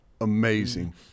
amazing